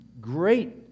great